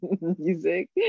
Music